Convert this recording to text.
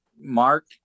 Mark